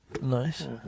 Nice